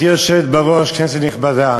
חבר הכנסת נסים זאב, בבקשה.